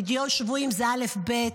פדיון שבויים זה אלף-בית.